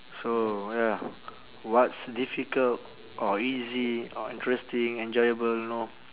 so ya what's difficult or easy or interesting enjoyable you know